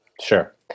Sure